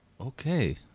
Okay